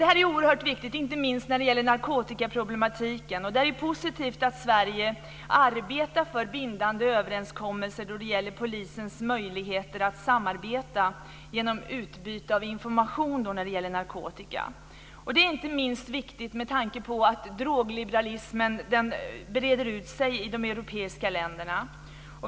Det här är oerhört viktigt inte minst när det gäller narkotikaproblematiken. Det är positivt att Sverige arbetar för en bindande överenskommelse när det gäller polisens möjligheter att samarbeta genom utbyte av information om narkotika. Det är inte minst viktigt med tanke på att drogliberalismen breder ut sig i de europeiska länderna.